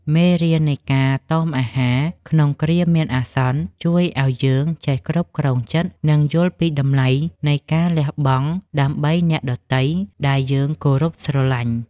មេរៀននៃការតមអាហារក្នុងគ្រាមានអាសន្នជួយឱ្យយើងចេះគ្រប់គ្រងចិត្ត និង យល់ពីតម្លៃនៃការលះបង់ដើម្បីអ្នកដទៃដែលយើងគោរពស្រឡាញ់។